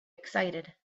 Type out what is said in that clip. excited